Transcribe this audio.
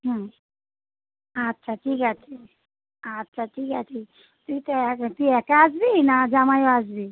হুম আচ্ছা ঠিক আছে আচ্ছা ঠিক আছে তুই তো এক তুই একা আসবি না জামাইও আসবে